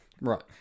Right